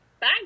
bye